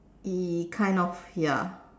y~ kind of ya